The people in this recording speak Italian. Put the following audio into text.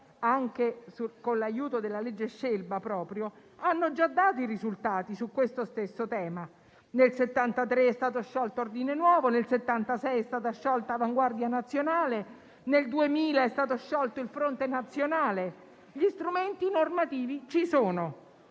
anche con l'aiuto della legge Scelba, hanno già dato i risultati su questo stesso tema. Nel 1973 è stato sciolto Ordine Nuovo, nel 1976 è stata sciolta Avanguardia Nazionale, nel 2000 è stato sciolto il Fronte Nazionale. Gli strumenti normativi ci sono